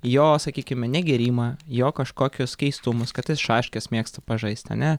jo sakykime negėrimą jo kažkokius keistumus kad jis šaškes mėgsta pažaist ane